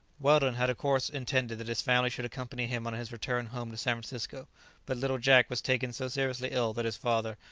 weldon had of course intended that his family should accompany him on his return home to san francisco but little jack was taken so seriously ill, that his father,